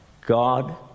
God